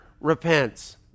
repents